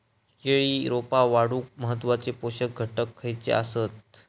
केळी रोपा वाढूक महत्वाचे पोषक घटक खयचे आसत?